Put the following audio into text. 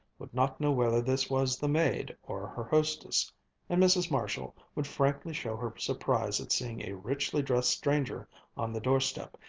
would not know whether this was the maid, or her hostess and mrs. marshall would frankly show her surprise at seeing a richly dressed stranger on the doorstep,